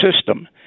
system